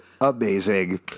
Amazing